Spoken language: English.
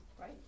Right